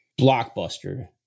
Blockbuster